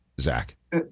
Zach